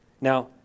Now